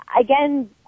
again